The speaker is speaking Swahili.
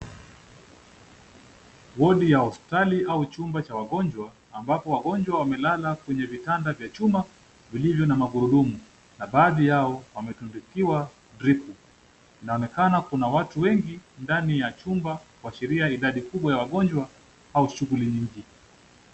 Wodi ya hospitali au chumba cha wagonjwa, ambapo wagonjwa wamelala kwenye vitanda vya chuma, vilivyo na magurudumu na baadhi yao wametundikiwa dripu. Inaonekana kuna watu wengi ndani ya chumba kuashiria idadi kubwa ya wagonjwa au shughuli nyingi.